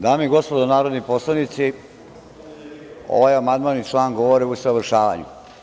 Dame i gospodo narodni poslanici, ovaj amandman i član govore o usavršavanju.